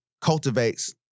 cultivates